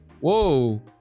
Whoa